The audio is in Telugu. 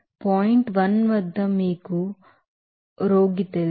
కాబట్టి ఇది అక్కడ ఆ పాయింట్ 1 వద్ద మీకు రోగి తెలుసు